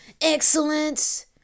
excellence